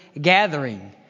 gathering